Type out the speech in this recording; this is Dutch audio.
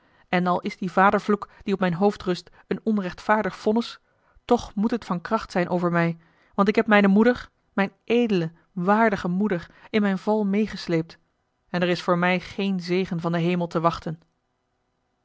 en al is die vadervloek die op mijn hoofd rust een onrechtvaardig vonnis toch moet het van kracht zijn over mij want ik heb mijne moeder mijne edele waardige moeder in mijn val meêgesleept en er is voor mij geen zegen van den hemel te wachten